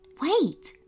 Wait